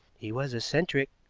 he was eccentric,